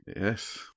Yes